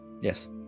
yes